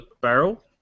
barrel